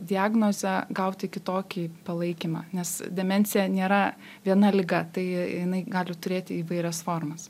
diagnozę gauti kitokį palaikymą nes demencija nėra viena liga tai jinai gali turėti įvairias formas